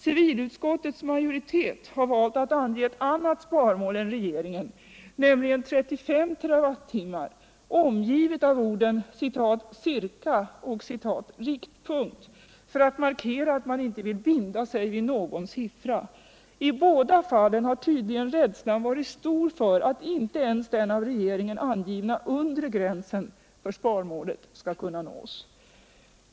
Civilutskottets majoritet har valt att ange ett annat sparmål än regeringen, nämligen 35 TWh omgivet av orden ”ca” och ”riktpunkt” — för att markera att man inte vill binda sig vid någon siffra. I båda fallen har tydligen rädslan varit stor för att inte ens den av regeringen angivna undre gränsen för sparmålet skall kunna nås.